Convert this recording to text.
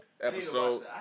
Episode